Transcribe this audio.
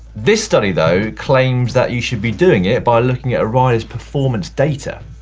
this study though claims that you should be doing it by looking at a rider's performance data.